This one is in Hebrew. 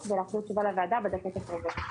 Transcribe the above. ולהחזיר תשובה לוועדה בדקות הקרובות.